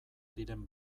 diren